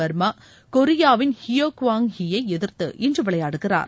வர்மா கொரியாவின் Heo Kwang ஹி யை எதிர்த்து இன்று விளையாடுகிறார்